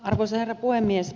arvoisa herra puhemies